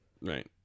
Right